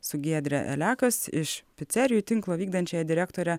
su giedre elekas iš picerijų tinklo vykdančiąja direktore